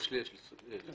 יש, יש.